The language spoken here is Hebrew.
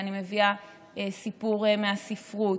ואני מביאה סיפור מהספרות,